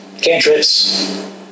Cantrips